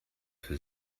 für